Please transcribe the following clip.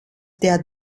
der